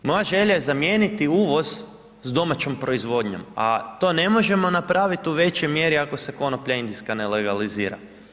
Moja želja je zamijeniti uvoz s domaćom proizvodnjom, a to ne možemo napraviti u većoj mjeri ako se konoplja indijska ne legalizira.